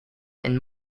and